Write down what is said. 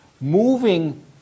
moving